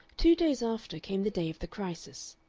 two days after came the day of the crisis,